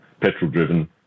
petrol-driven